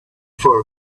for